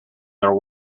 their